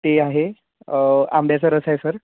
ते आहे आंब्याचा रस आहे सर